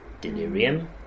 Delirium